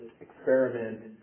experiment